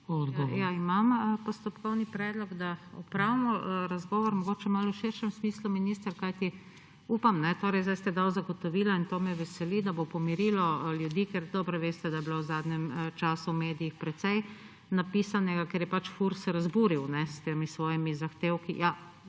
Imam postopkovni predlog, da opravimo razgovor, mogoče v malo širšem smislu, minister. Kajti upam, zdaj ste dali zagotovila in to me veseli, da bo pomirilo ljudi. Ker dobro veste, da je bilo v zadnjem času v medijih precej napisanega, ker je Furs razburil s temi svojimi zahtevki. Pač